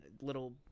little